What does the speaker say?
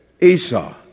Esau